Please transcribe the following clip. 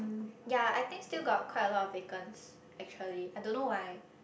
ya I think still got quite a lot of vacants actually I don't know why